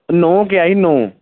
ਨੌ ਕਿਹਾ ਸੀ ਨੌ